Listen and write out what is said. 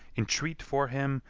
entreat for him,